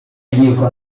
livro